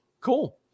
cool